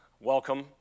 Welcome